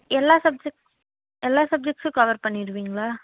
எல்லா சப்ஜெக்ட் எல்லா சப்ஜெக்ட்ஸும் கவர் பண்ணிவிடுவீங்களா